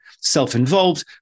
self-involved